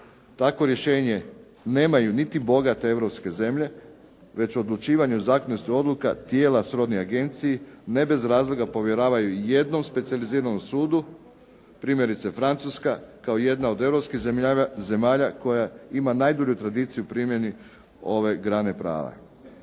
takvo rješenje nemaju niti bogate europske zemlje već o odlučivanju zakonitosti odluka tijela srodna agenciji ne bez razloga povjeravaju jednom specijaliziranom sudu primjerice Francuska kao jedna od europskih zemalja koja ima najdulju tradiciju u primjeni ove grane prava.